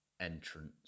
entrance